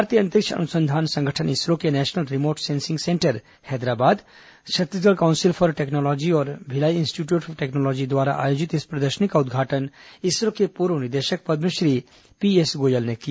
भारतीय अंतरिक्ष अनुसंधान संगठन इसरो के national remote sensing centre Hyderabad Chhattisgarh council for technology और भिलाई इंस्टीट्यूट ऑफ टेक्नोलॉजी द्वारा आयोजित इस प्रदर्शनी का उद्घाटन इसरो के पूर्व निदेशक पद्मश्री पीएस गोयल ने किया